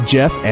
Jeff